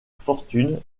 fortune